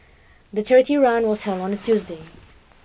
the charity run was held on a Tuesday